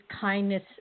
kindness